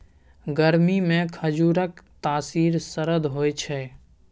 गरमीमे खजुरक तासीर सरद होए छै